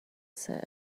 said